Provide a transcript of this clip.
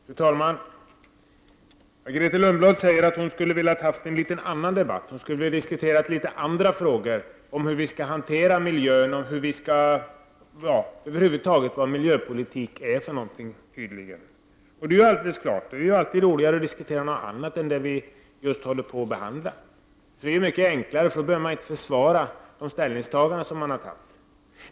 Fru talman! Grethe Lundblad säger att hon skulle ha velat ha en litet anorlunda debatt. Hon skulle ha velat diskutera litet andra frågor — frågor om hur vi skall hantera miljön och över huvud taget miljöpolitik. Det är alldeles klart att det är roligare att diskutera något annat än det vi håller på att behandla. Då är det mycket enklare, för då behöver man inte försvara de ställningstaganden som har gjorts.